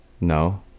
No